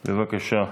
בבקשה.